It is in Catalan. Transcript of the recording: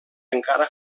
encara